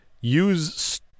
use